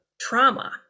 trauma